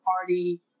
party